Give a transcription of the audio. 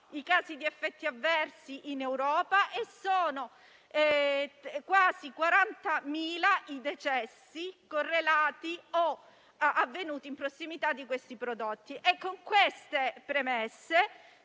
i casi di effetti avversi in Europa e sono quasi 40.000 i decessi correlati o avvenuti in prossimità della somministrazione di detti prodotti. Con queste premesse